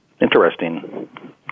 interesting